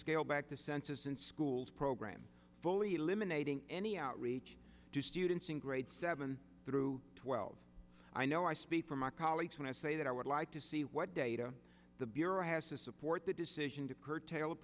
scale back the census in schools program fully eliminating any outreach to students in grades seven through twelve i know i speak for my colleagues when i say that i would like to see what data the bureau has to support the decision to curtail